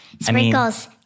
Sprinkles